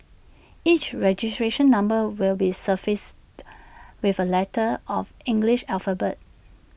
each registration number will be suffixed with A letter of English alphabet